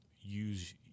use